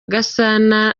gasana